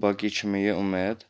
باقی چھُ مےٚ یہِ اُمید